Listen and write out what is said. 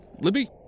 Libby